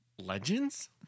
Legends